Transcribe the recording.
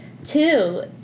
Two